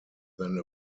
than